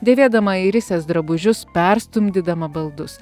dėvėdama airisės drabužius perstumdydama baldus